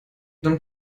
dann